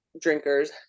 drinkers